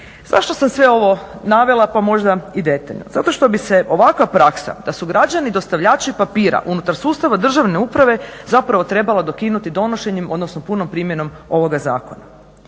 Zašto sam sve ovo navela, pa možda i detaljno? Zato što bi se ovakva praksa da su građani dostavljači papira unutar sustava državne uprave zapravo trebala dokinuti donošenjem, odnosno punom primjenom ovoga zakona.